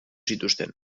zituzten